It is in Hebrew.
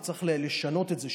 וצריך לשנות את זה,